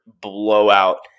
blowout